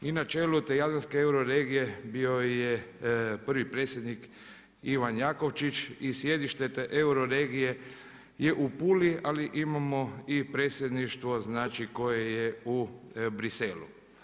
I na čelu te Jadranske euroregije bio je prvi predsjednik Ivan Jakovčić i sjedište te euroregije je u Puli ali imamo i predsjedništvo znači koje je u Briselu.